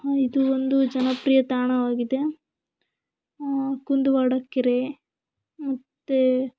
ಹಾಂ ಇದು ಒಂದು ಜನಪ್ರಿಯ ತಾಣವಾಗಿದೆ ಕುಂದುವಾಡಕೆರೆ ಮತ್ತು